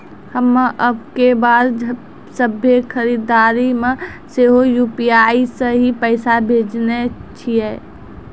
हम्मे अबकी बार सभ्भे खरीदारी मे सेहो यू.पी.आई से ही पैसा भेजने छियै